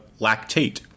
Lactate